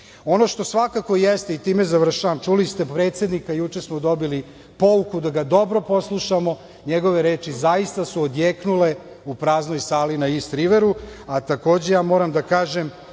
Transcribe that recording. što svakako jeste, i time završavam, čuli ste predsednika, juče smo dobili pouku da ga dobro poslušamo, njegove reči zaista su odjeknule u praznoj sali na Ist Riveru, a takođe, ja moram da kažem